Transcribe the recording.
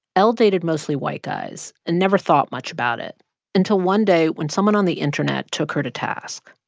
elle dated mostly white guys and never thought much about it until one day, when someone on the internet took her to task